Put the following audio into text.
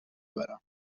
برم